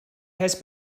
has